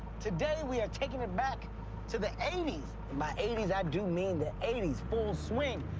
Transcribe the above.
today we are taking it back to the eighty s. and by eighty s, i do mean the eighty s, full swing.